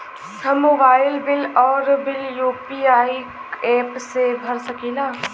हम mobile bill और bill UPI app से भर सकिला